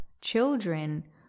children